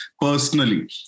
personally